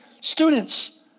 students